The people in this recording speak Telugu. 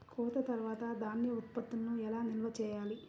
కోత తర్వాత ధాన్య ఉత్పత్తులను ఎలా నిల్వ చేయాలి?